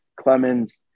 Clemens